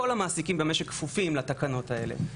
כל המעסיקים במשק כפופים לתקנות האלה,